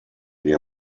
dear